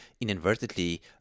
inadvertently